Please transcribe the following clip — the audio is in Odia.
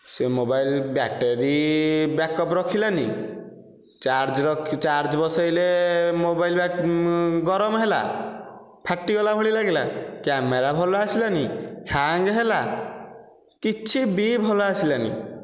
ସେ ମୋବାଇଲ ବ୍ୟାଟେରୀ ବ୍ୟାକ ଅପ୍ ରଖିଲାନି ଚାର୍ଜ ରଖି ଚାର୍ଜ ବସାଇଲେ ମୋବାଇଲ ଗରମ ହେଲା ଫାଟିଗଲା ଭଳି ଲାଗିଲା କ୍ୟାମେରା ଭଲ ଆସିଲାନି ହ୍ୟାଙ୍ଗ ହେଲା କିଛି ବି ଭଲ ଆସିଲାନି